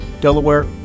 Delaware